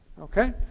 okay